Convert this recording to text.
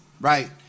right